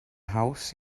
haws